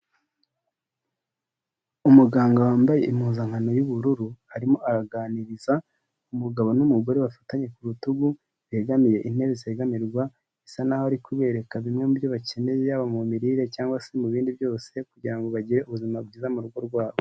Umuganga wambaye impuzankano y'ubururu, arimo araganiriza umugabo n'umugore bafatanye ku rutugu, begamiye intebe zegamirwa, bisa n'aho ari kubereka bimwe mu byo bakeneye y'aba mu mirire cyangwa se mu bindi byose, kugira ngo bagire ubuzima bwiza mu rugo rwabo.